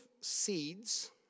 seeds